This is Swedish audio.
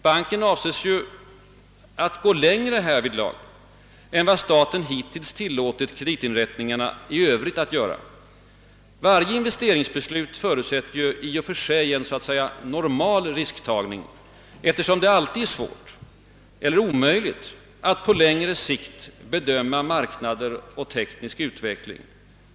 Banken avses ju gå längre härvidlag än staten hittills har tillåtit kreditinrättningarna i Övrigt att göra. Varje investeringsbeslut förutsätter i och för sig en så att säga normal risktagning, eftersom det alltid är svårt eller omöjligt att på längre sikt bedöma marknader och teknisk utveckling.